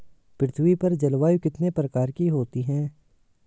पृथ्वी पर जलवायु कितने प्रकार की होती है?